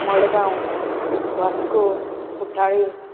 Madgaon Vasco कुट्टाळे